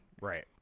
Right